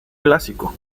clásico